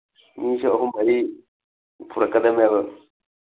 ꯃꯤꯁꯨ ꯑꯍꯨꯝ ꯃꯔꯤ ꯄꯨꯔꯛꯀꯗꯝꯅꯦꯕ